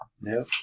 No